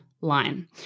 line